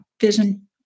vision